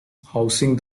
housing